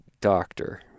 doctor